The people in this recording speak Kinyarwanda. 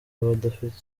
badafite